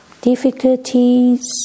difficulties